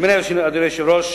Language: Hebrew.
נדמה לי, אדוני היושב-ראש,